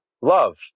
Love